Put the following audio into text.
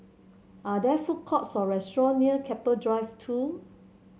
are there food courts or restaurants near Keppel Drive Two